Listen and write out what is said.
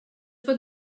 pot